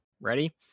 Ready